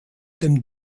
dem